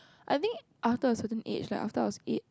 I would think after a certain age like after I was eight